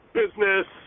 business